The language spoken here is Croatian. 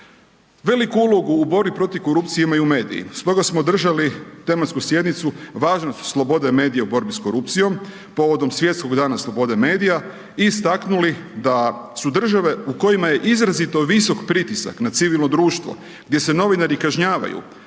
Veliku ulogu u borbi protiv korupcije imaju mediji, stoga smo održali tematsku sjednicu Važnost slobode medija u borbi s korupcijom, povodom svjetskog dana slobode medija i istaknuli da su države u kojima je izrazito visok pritisak na civilno društvo, gdje se novinari kažnjavaju,